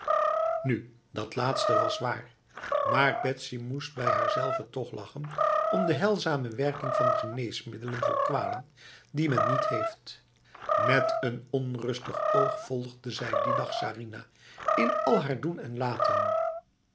nu dat laatste was waar maar betsy moest bij haarzelve toch lachen om de heilzame werking van geneesmiddelen voor kwalen die men niet heeft met een onrustig oog volgde zij die dag sarinah in al haar doen en laten